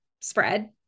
spread